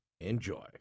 Enjoy